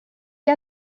què